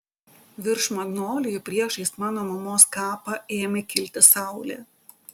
virš magnolijų priešais mano mamos kapą ėmė kilti saulė